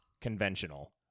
conventional